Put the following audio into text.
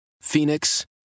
Phoenix